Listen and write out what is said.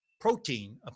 protein